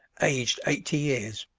aged eighty years.